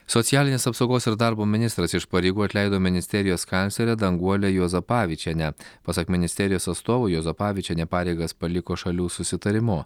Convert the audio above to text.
socialinės apsaugos ir darbo ministras iš pareigų atleido ministerijos kanclerę danguolę juozapavičienę pasak ministerijos atstovo juozapavičienė pareigas paliko šalių susitarimu